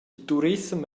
turissem